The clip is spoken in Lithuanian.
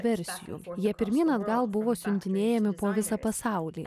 versijų jie pirmyn atgal buvo siuntinėjami po visą pasaulį